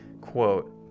quote